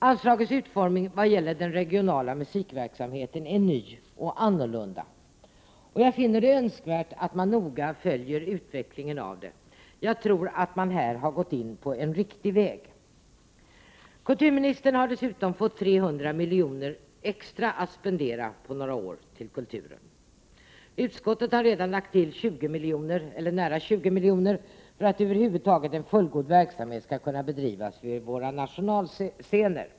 Anslagets utformning i vad gäller den regionala musikverksamheten är ny och annorlunda, och jag finner det önskvärt att man noga följer utvecklingen. Jag tror att man här har slagit in på en riktig väg. Kulturministern har dessutom fått 300 milj.kr. extra att spendera under några år. Utskottet har redan lagt till nära 20 milj.kr. för att en fullgod verksamhet över huvud taget skall kunna bedrivas vid våra nationalscener.